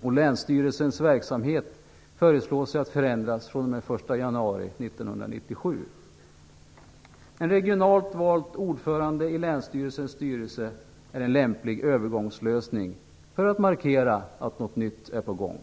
Länsstyrelsens verksamhet föreslås ju att förändras fr.o.m. 1 januari 1997. En regionalt vald ordförande i länsstyrelsens styrelse är en lämplig övergångslösning för att markera att något nytt är på gång.